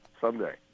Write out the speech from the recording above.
Someday